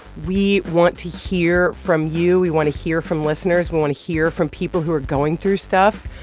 we want to hear from you. we want to hear from listeners. we want to hear from people who are going through stuff,